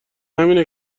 همینه